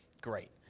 great